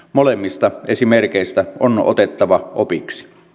molemmista esimerkeistä on otettava opiksi